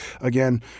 again